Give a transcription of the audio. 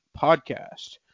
podcast